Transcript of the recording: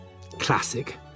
Classic